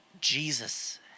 Jesus